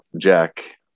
jack